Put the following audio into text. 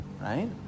right